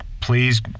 please